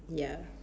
ya